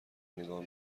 نگاه